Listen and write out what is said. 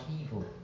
evil